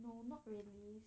no not really